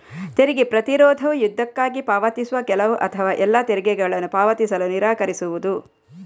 ತೆರಿಗೆ ಪ್ರತಿರೋಧವು ಯುದ್ಧಕ್ಕಾಗಿ ಪಾವತಿಸುವ ಕೆಲವು ಅಥವಾ ಎಲ್ಲಾ ತೆರಿಗೆಗಳನ್ನು ಪಾವತಿಸಲು ನಿರಾಕರಿಸುವುದು